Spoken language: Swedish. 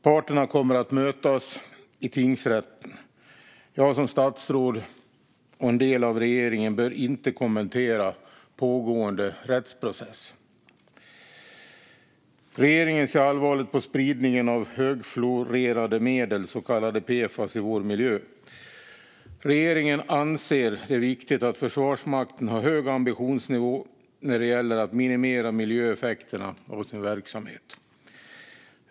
Parterna kommer att mötas i tingsrätten. Jag som statsråd och del av regeringen bör inte kommentera pågående rättsprocess. Regeringen ser allvarligt på spridningen av högfluorerade ämnen, så kallade PFAS, i vår miljö. Regeringen anser det viktigt att Försvarsmakten har hög ambitionsnivå när det gäller att minimera miljöeffekterna av sin verksamhet.